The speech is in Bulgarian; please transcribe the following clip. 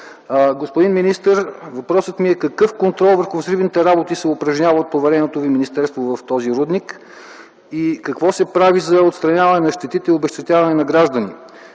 Господин министър, въпросът ми е: какъв контрол върху взривните работи се упражнява от повереното Ви министерство в този рудник и какво се прави за отстраняване на щетите и обезщетяване на гражданите?